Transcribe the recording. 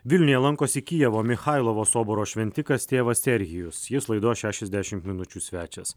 vilniuje lankosi kijevo michailovo soboro šventikas tėvas sergijus jis laidos šešiasdešimt minučių svečias